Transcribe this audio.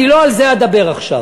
אני לא על זה אדבר עכשיו.